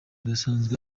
udasanzwe